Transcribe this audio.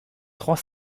trois